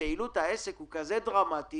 מפעילות העסק הוא דרמטי